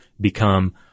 become